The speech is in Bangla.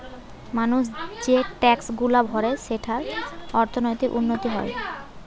মানুষ যে ট্যাক্সগুলা ভরে সেঠারে অর্থনীতির উন্নতি হয়